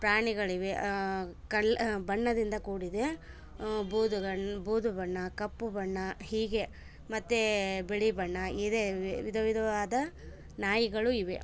ಪ್ರಾಣಿಗಳಿವೆ ಕಲ್ ಬಣ್ಣದಿಂದ ಕೂಡಿದೆ ಬೂದುಗಣ ಬೂದು ಬಣ್ಣ ಕಪ್ಪು ಬಣ್ಣ ಹೀಗೆ ಮತ್ತೆ ಬಿಳಿ ಬಣ್ಣ ಇದೆ ವಿಧ ವಿಧವಾದ ನಾಯಿಗಳು ಇವೆ